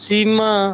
Sima